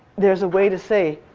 there's a way to say